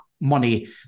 money